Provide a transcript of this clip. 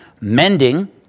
mending